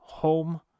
Home